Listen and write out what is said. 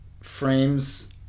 frames